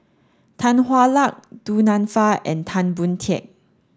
Tan Hwa Luck Du Nanfa and Tan Boon Teik